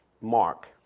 Mark